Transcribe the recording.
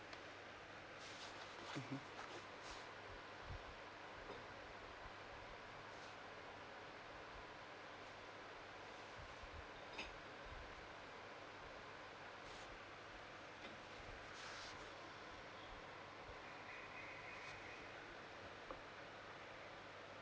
mmhmm